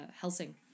Helsing